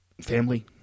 family